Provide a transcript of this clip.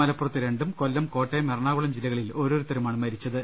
മലപ്പുറത്ത് രണ്ടും കൊല്ലം കോട്ടയം എറണാകുളം ജില്ലകളിൽ ഓരോരുത്തരുമാണ് മരിച്ചത്